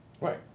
Right